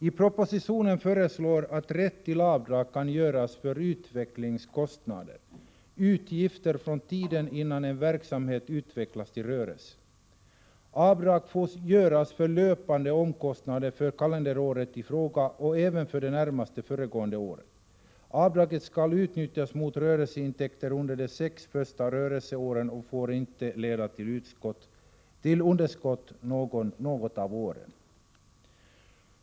I propositionen föreslås en rätt till avdrag för utvecklingskostnader — utgifter från tiden innan en verksamhet utvecklas till rörelse. Avdrag får göras för löpande omkostnader för kalenderåret i fråga och även för det närmast föregående året. Avdraget skall utnyttjas mot rörelseintäkter under de sex första rörelseåren och får inte leda till underskott något av åren.